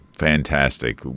Fantastic